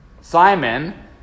Simon